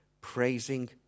Praising